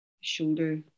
shoulder